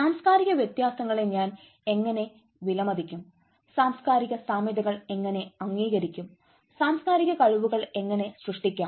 സാംസ്കാരിക വ്യത്യാസങ്ങളെ ഞാൻ എങ്ങനെ വിലമതിക്കും സാംസ്കാരിക സാമ്യതകൾ എങ്ങനെ അംഗീകരിക്കും സാംസ്കാരിക കഴിവുകൾ എങ്ങനെ സൃഷ്ടിക്കാം